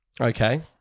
okay